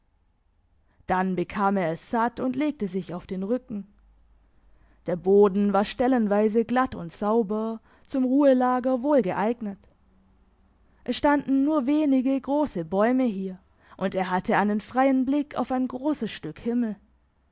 dann bekam er es satt und legte sich auf den rücken der boden war stellenweise glatt und sauber zum ruhelager wohl geeignet es standen nur wenige grosse bäume hier und er hatte einen freien blick auf ein grosses stück himmel